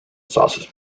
sausage